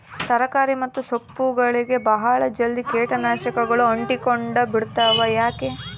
ತರಕಾರಿ ಮತ್ತು ಸೊಪ್ಪುಗಳಗೆ ಬಹಳ ಜಲ್ದಿ ಕೇಟ ನಾಶಕಗಳು ಅಂಟಿಕೊಂಡ ಬಿಡ್ತವಾ ಯಾಕೆ?